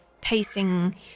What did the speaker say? pacing